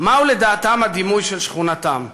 מהו לדעתם הדימוי של שכונתם.